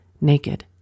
Naked